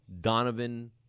Donovan